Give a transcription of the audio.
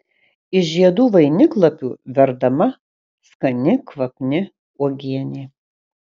iš žiedų vainiklapių verdama skani kvapni uogienė